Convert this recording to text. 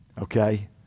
okay